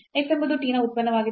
x ಎಂಬುದು t ನ ಉತ್ಪನ್ನವಾಗಿದೆ